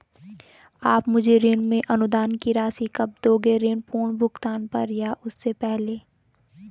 आप मुझे ऋण में अनुदान की राशि कब दोगे ऋण पूर्ण भुगतान पर या उससे पहले?